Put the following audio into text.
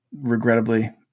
regrettably